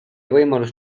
võimalus